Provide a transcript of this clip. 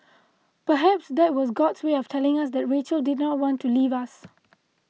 perhaps that was God's way of telling us that Rachel did not want to leave us